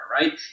right